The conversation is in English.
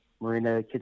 Marina